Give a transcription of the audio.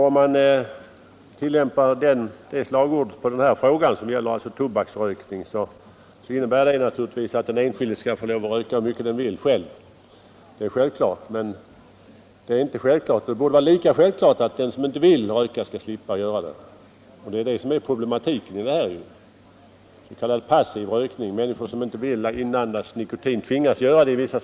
Om man tillämpar det slagordet på frågan om tobaksrökning, innebär det naturligtvis att den enskilde skall få lov att röka så mycket han vill, men det borde också vara självklart att de som inte vill röka skall slippa göra det. Problematiken i det här sammanhanget är just s.k. passiv rökning, när människor som inte vill inandas nikotin tvingas göra det ändå.